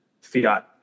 fiat